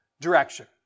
direction